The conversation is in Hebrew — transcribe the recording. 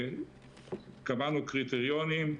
קבענו קריטריונים.